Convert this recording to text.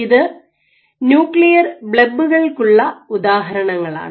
ഇത് ന്യൂക്ലിയർ ബ്ലെബുകൾക്കുള്ള ഉദാഹരണങ്ങളാണ്